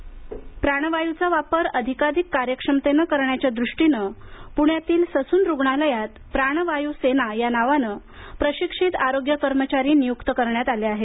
Sassoon प्राणवायूचा वापर अधिकाधिक कार्यक्षमतेनं करण्याच्या दृष्टीनं प्ण्यातील ससून रुग्णालयात प्राणवायू सेना या नावानं प्रशिक्षित आरोग्य कर्मचारी नियूक्त करण्यात आले आहेत